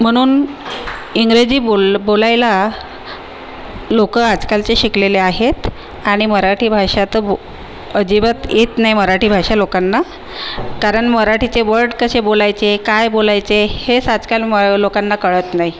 म्हणून बोल बोलायला लोक आजकालचे शिकलेले आहेत आणि मराठी भाषा तर बो अजिबात येत नाही मराठी भाषा लोकांना कारण मराठीचे वर्ड कसे बोलायचे काय बोलायचे हेस आजकाल म लोकांना कळत नाही